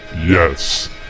Yes